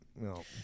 no